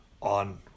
on